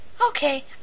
Okay